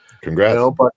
Congrats